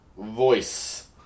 voice